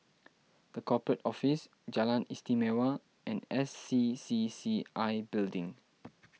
the Corporate Office Jalan Istimewa and S C C C I Building